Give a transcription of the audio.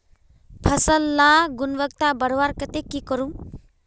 फसल लार गुणवत्ता बढ़वार केते की करूम?